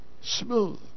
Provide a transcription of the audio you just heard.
smooth